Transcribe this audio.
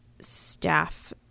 staff